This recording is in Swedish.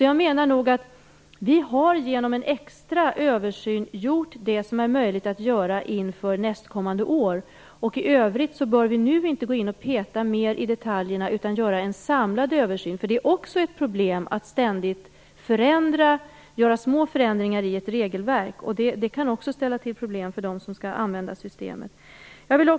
Jag menar nog att vi genom en extra översyn har gjort det som är möjligt att göra inför nästkommande år. I övrigt bör vi inte nu gå in och peta mera i detaljerna utan att göra en samlad översyn. Det är ju också ett problem att göra små förändringar i ett regelverk. Det kan också ställa till problem för dem som skall använda systemet.